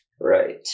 Right